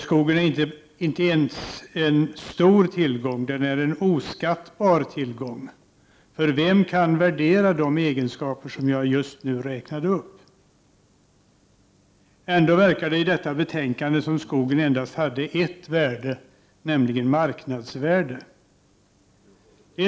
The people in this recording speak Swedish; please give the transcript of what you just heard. Skogen är inte bara en stor tillgång, den är en oskattbar tillgång. För vem kan värdera de egenskaper som jag nyss räknade upp? Ändå verkar det i detta betänkande som om skogen endast hade ett värde, nämligen marknadsvärde.